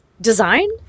design